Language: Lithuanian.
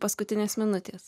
paskutinės minutės